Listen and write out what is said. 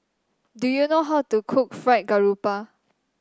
do you know how to cook Fried Garoupa